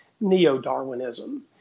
neo-Darwinism